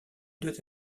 doit